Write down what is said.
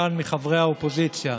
מחברי האופוזיציה,